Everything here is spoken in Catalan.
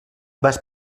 vas